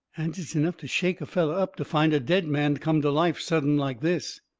and it's enough to shake a feller up to find a dead man come to life sudden like this.